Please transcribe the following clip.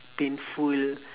painful